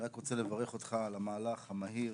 אני רוצה רק לברך אותך על המהלך המהיר